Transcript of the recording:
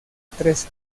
tres